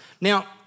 Now